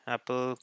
Apple